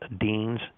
deans